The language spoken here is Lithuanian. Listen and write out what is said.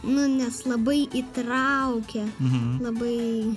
nu nes labai įtraukia labai